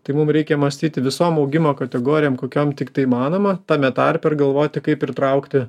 tai mum reikia mąstyti visom augimo kategorijom kokiom tiktai įmanoma tame tarpe ir galvoti kaip pritraukti